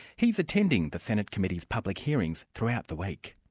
he's attending the senate committee's public hearings throughout the week.